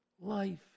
Life